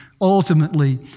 ultimately